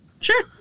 Sure